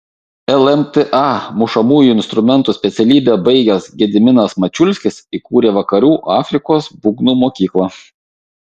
lmta mušamųjų instrumentų specialybę baigęs gediminas mačiulskis įkūrė vakarų afrikos būgnų mokyklą